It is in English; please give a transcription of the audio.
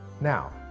Now